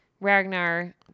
Ragnar